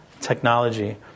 technology